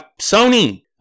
Sony